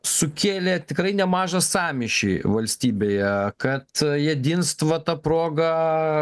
sukėlė tikrai nemažą sąmyšį valstybėje kad jie jedinstva ta proga